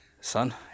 son